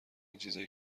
چیزای